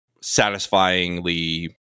satisfyingly